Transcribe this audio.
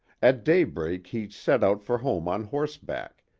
at daybreak he set out for home on horseback,